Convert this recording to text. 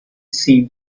seemed